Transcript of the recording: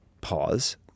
pause